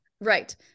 right